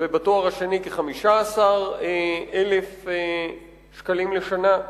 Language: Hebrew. ולתואר השני כ-15,000 שקלים לשנה.